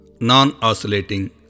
Non-Oscillating